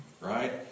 Right